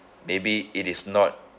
maybe it is not